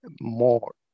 more